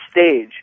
stage